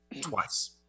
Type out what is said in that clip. twice